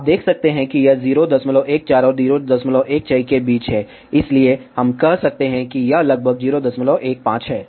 आप देख सकते हैं कि यह 014 और 016 के बीच है इसलिए हम कह सकते हैं कि यह लगभग 015 है